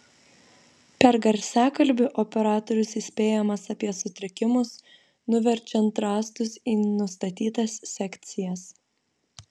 per garsiakalbį operatorius įspėjamas apie sutrikimus nuverčiant rąstus į nustatytas sekcijas